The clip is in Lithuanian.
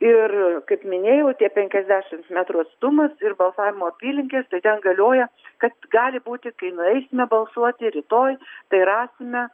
ir kaip minėjau tie penkiasdešims metrų atstumas ir balsavimo apylinkės tai ten galioja kas gali būti kai nueisime balsuoti rytoj tai rasime